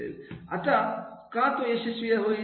आता का तो यशस्वी होईल